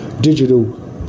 digital